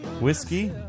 whiskey